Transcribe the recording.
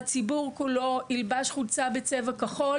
הציבור כולו ילבש חולצה בצבע כחול,